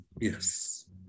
yes